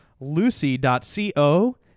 lucy.co